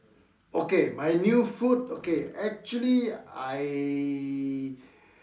okay my new food okay actually I